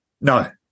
No